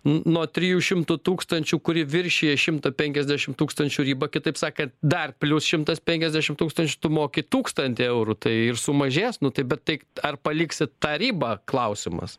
nuo trijų šimtų tūkstančių kurie viršija šimtą penkiasdešimt tūkstančių ribą kitaip sakant dar plius šimtas penkiasdešimt tūkstančių tu moki tūkstantį eurų tai ir sumažės nu tai bet tai ar paliksit tą ribą klausimas